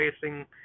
facing